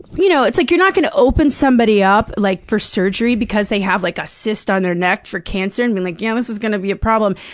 you know like you're not gonna open somebody up, like, for surgery because they have, like, a cyst on their neck for cancer and be like, yeah, this is gonna be a problem.